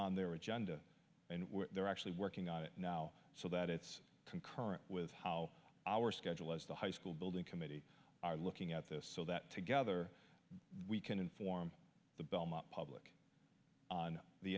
on their agenda and they're actually working on it now so that it's concurrent with how our schedule as the high school building committee are looking at this so that together we can inform the belmont public on the